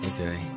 Okay